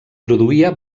produïa